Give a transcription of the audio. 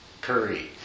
curry